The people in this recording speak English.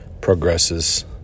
progresses